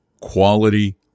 quality